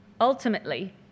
Ultimately